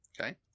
Okay